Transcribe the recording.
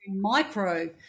micro